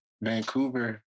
Vancouver